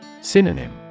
Synonym